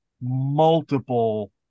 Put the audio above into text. multiple